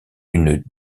une